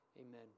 Amen